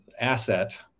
asset